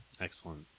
Excellent